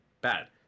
bad